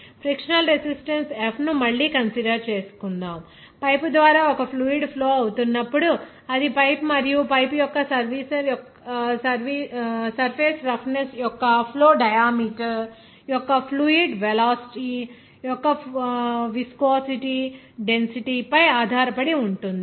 frictional resistance F ను మళ్ళీ consider చేసుకుందాం పైపు ద్వారా ఒక ఫ్లూయిడ్ ఫ్లో అవుతున్నపుడు అది పైప్ మరియు పైపు సర్ఫేస్ రఫ్నెస్ యొక్క ఫ్లో డయామీటర్ యొక్క ఫ్లూయిడ్ వెలాసిటీ యొక్క విస్కోసిటీ డెన్సిటీ పై ఆధారపడి ఉంటుంది